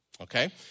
okay